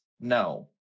no